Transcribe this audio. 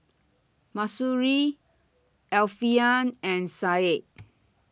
Mahsuri Alfian and Said